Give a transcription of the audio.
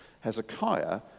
Hezekiah